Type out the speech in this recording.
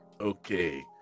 Okay